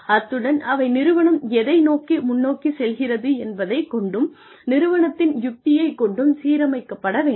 அத்துடன் அவை நிறுவனம் எதை நோக்கி முன்னோக்கிச் செல்கிறது என்பதைக் கொண்டும் நிறுவனத்தின் யுக்தியைக் கொண்டும் சீரமைக்கப்பட வேண்டும்